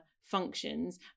functions